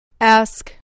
Ask